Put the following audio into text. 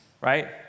Right